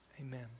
Amen